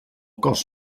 cos